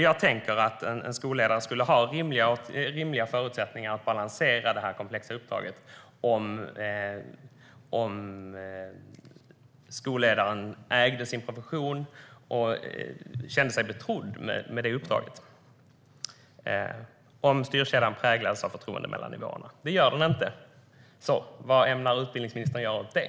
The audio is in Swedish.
Jag tänker att en skolledare skulle ha rimliga förutsättningar att balansera det komplexa uppdraget om skolledaren ägde sin profession och kände sig betrodd, om styrkedjan präglades av förtroende mellan nivåerna. Det gör den inte. Vad ämnar utbildningsministern göra åt det?